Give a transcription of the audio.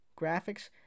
graphics